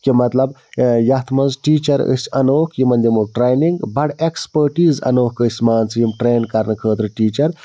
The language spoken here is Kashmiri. کہِ مطلب یَتھ منٛز ٹیٖچَر أ سۍ اَنہوکھ یِمَن دِمو ٹرٛینِنٛگ بَڈٕ ایٚکسپٲٹیٖز اَنہوکھ أسۍ مان ژٕ یِم ٹرٛین کَرنہٕ خٲطرٕ ٹیٖچَر